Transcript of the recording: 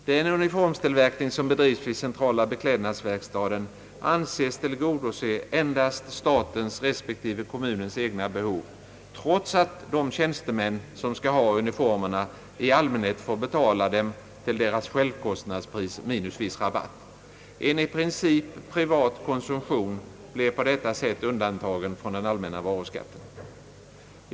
Den uniformstillverkning, som bedrivs vid centrala beklädnadsverkstaden anses tillgodose endast statens respektive kommunens egna behov, trots att de tjänstemän, som skall ha uniformerna, i allmänhet får betala dem till självkostnadspris minus viss rabatt. En i princip privat konsumtion blir på detta sätt undantagen från den allmänna varuskatten.